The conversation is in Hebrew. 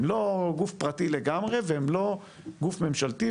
הם לא גוף פרטי לגמרי והם לא גוף ממשלתי,